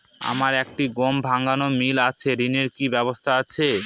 আমার একটি গম ভাঙানোর মিল আছে ঋণের কি ব্যবস্থা আছে?